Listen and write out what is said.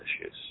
issues